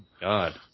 God